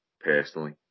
personally